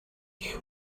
гэх